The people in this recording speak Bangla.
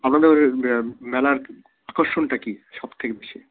আপনাদের মেলার আকর্ষণটা কী সব থেকে বেশি